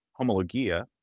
homologia